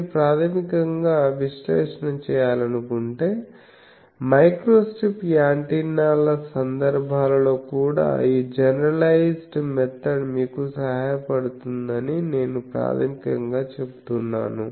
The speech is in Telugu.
మీరు ప్రాథమికంగా విశ్లేషణ చేయాలనుకుంటే మైక్రోస్ట్రిప్ యాంటెన్నాల సందర్భాలలో కూడా ఈ జనరలైజ్డ్ మెథడ్ మీకు సహాయపడుతుందని నేను ప్రాథమికంగా చెబుతున్నాను